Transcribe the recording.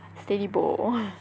steady bo